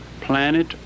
Planet